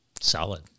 Solid